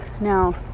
now